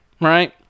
right